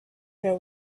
there